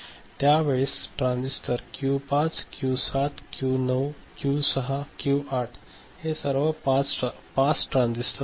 त्यावेळेस transistor Q 5 Q 7 Q 9 Q 6 Q 8 हे सर्व पास ट्रान्झिस्टर आहेत